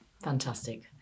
Fantastic